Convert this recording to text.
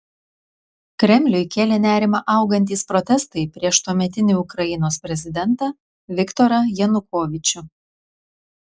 kremliui kėlė nerimą augantys protestai prieš tuometinį ukrainos prezidentą viktorą janukovyčių